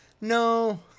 No